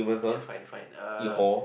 okay fine fine uh